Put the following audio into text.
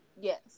Yes